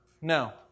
No